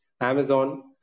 Amazon